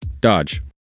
Dodge